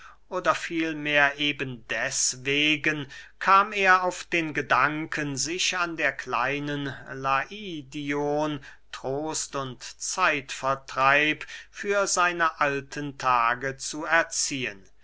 oder vielmehr eben deswegen kam er auf den gedanken sich an der kleinen laidion trost und zeitvertreib für seine alten tage zu erziehen